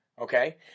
okay